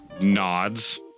nods